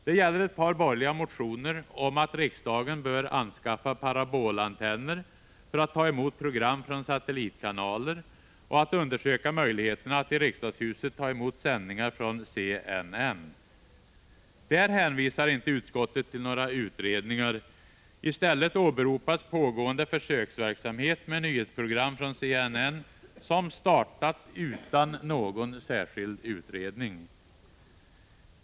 Det gäller ett par borgerliga motioner om att riksdagen bör anskaffa parabolantenner för att ta emot program från satellitkanaler och att undersöka möjligheterna att i riksdagshuset ta emot sändningar från CNN. Där hänvisar utskottet inte till några utredningar. I stället åberopas pågående försöksverksamhet med nyhetsprogram från CNN, som startats utan någon särskild utredning!